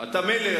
מילא,